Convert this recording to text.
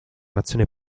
nazione